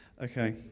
Okay